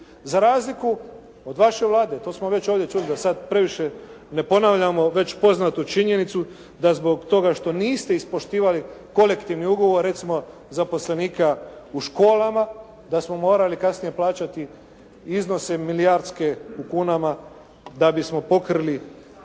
Za razliku od vaše Vlade, to smo već ovdje čuli da sada previše ne ponavljamo, već poznatu činjenicu da zbog toga što niste ispoštivali kolektivni ugovor, recimo zaposlenika u školama, da smo morali kasnije plaćati iznose milijarske u kunama da bismo pokrili